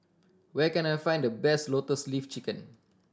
where can I find the best Lotus Leaf Chicken